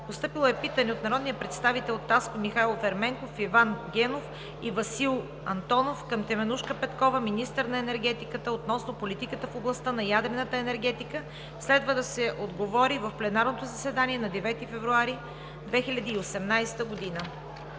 Постъпило е питане от народния представител Таско Ерменков, Иван Генов и Васил Антонов към Теменужка Петкова – министър на енергетиката, относно политиката в областта на ядрената енергетика. Следва да се отговори в пленарното заседание на 9 февруари 2018 г.